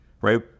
right